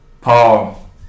Paul